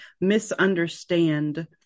misunderstand